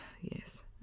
Yes